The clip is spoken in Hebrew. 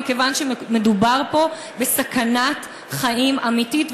מכיוון שמדובר פה בסכנת חיים אמיתית,